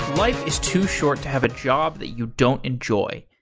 life is too short to have a job that you don't enjoy.